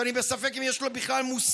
שאני בספק אם יש לו בכלל מושג